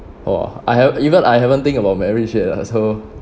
oh I have even I haven't think about marriage yet ah so